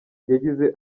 yagize